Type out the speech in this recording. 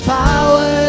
power